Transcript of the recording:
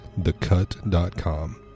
thecut.com